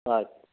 ಆಯಿತು